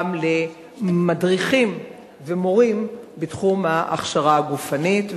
גם למדריכים ומורים בתחום ההכשרה הגופנית.